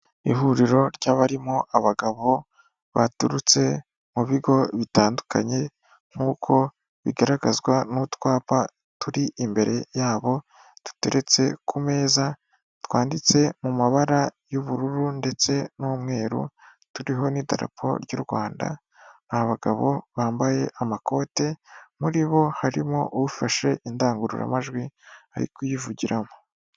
Ihuriro ry'abarimo abagabo baturutse mu bigo bitandukanye nk'uko bigaragazwa n'utwapa turi imbere yabo duteretse ku meza twanditse mu mabara y'ubururu ndetse n'umweru turiho n'idarapo ry'u Rwanda hari abagabo bambaye amakote muri bo harimo ufashe indangururamajwi ari kuyivugiramo.